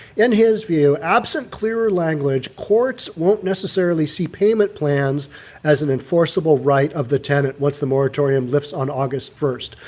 in his view, absent clear language courts won't necessarily see payment plans as an enforceable right of the tenant once the moratorium lifts on august one.